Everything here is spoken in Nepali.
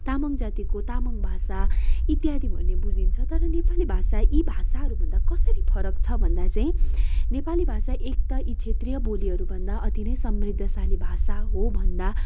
तामङ जातिको तामङ भाषा इत्यादि भन्ने बुझिन्छ तर नेपाली भाषा यी भाषाहरूभन्दा कसरी फरक छ भन्दा चाहिँ नेपाली भाषा एक त यी क्षेत्रीय बोलीहरू भन्दा औधी नै समृद्ध छ नेपाली भाषा हो भन्दा